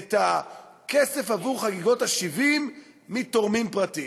את הכסף עבור חגיגות ה-70 מתורמים פרטיים.